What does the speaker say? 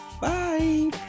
bye